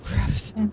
gross